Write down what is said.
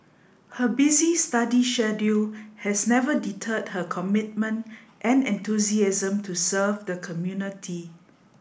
her busy study schedule has never deterred her commitment and enthusiasm to serve the community